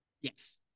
yes